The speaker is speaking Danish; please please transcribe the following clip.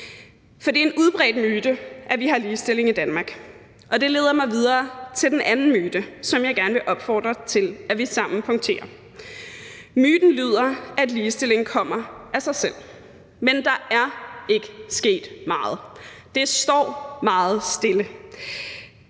for det er en udbredt myte, at vi har ligestilling i Danmark, og det leder mig videre til den anden myte, som jeg gerne vil opfordre til, at vi sammen punkterer. Myten lyder, at ligestilling kommer af sig selv, men der er ikke sket meget – det står meget stille